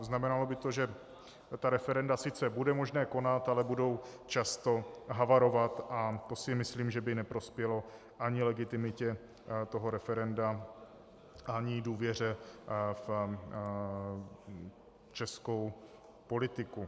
Znamenalo by to, že referenda sice bude možné konat, ale budou často havarovat, a to si myslím, že by neprospělo ani legitimitě referenda, ani důvěře v českou politiku.